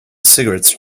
cigarettes